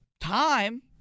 time